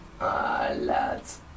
lads